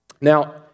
Now